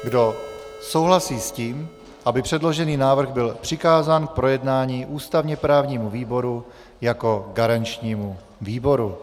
Kdo souhlasí s tím, aby předložený návrh byl přikázán k projednání ústavněprávnímu výboru jako garančnímu výboru?